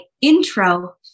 intro